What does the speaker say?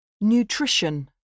Nutrition